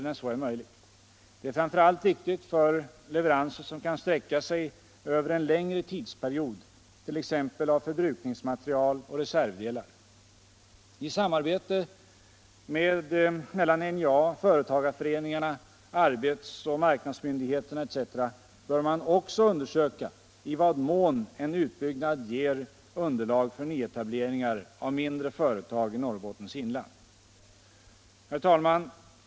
Detta är framför allt viktigt för leveranser som kan sträcka sig över en längre tidsperiod, t.ex. när det gäller förbrukningsmaterial och reservdelar. I samarbete mellan NJA, företagareföreningarna, arbetsmarknadsmyndigheterna etc. bör man också undersöka i vad mån en utbyggnad ger underlag för nyetablering av mindre företag i Norrbottens inland. Herr talman!